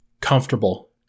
comfortable